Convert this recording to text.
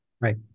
right